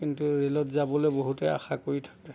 কিন্তু ৰে'লত যাবলৈ বহুতে আশা কৰি থাকে